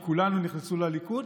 כי כולנו נכנסו לליכוד?